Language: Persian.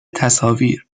تصاویر